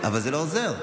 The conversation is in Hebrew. אבל זה לא עוזר.